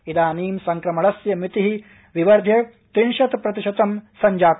इदानीं संक्रमणस्य मिति विवर्ध्य त्रिंशत् प्रतिशतं संजाता